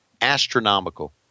astronomical